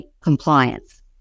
compliance